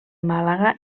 màlaga